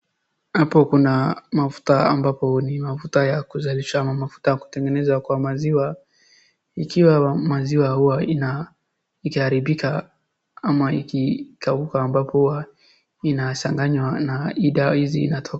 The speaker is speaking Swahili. Hapo kuna mafuta ambayo ni mafuta ya kuzalisha ama kutengenezwa kwa maziwa ikiwa maziwa huwa ikiharibika ama ikikauka ambapo huwa inachanganywa na dawa hizi inatoka